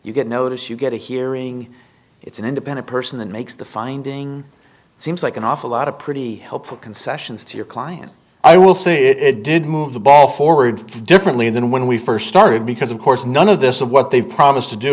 you get notice you get a hearing it's an independent person that makes the finding seems like an awful lot of pretty helpful concessions to your client i will see it did move the ball forward differently than when we first started because of course none of this of what they've promised to do